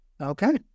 Okay